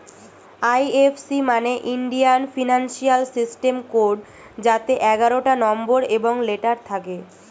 এই F C মানে Indian financial system code যাতে এগারোটা নম্বর এবং লেটার থাকে